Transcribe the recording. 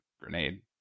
grenade